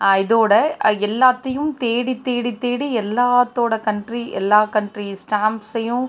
இதோடு எல்லாத்தையும் தேடித் தேடித் தேடி எல்லாத்தோடய கண்ட்ரி எல்லா கண்ட்ரி ஸ்டாம்ப்ஸையும்